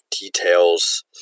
details